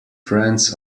friends